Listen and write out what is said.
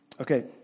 Okay